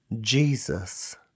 Jesus